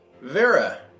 Vera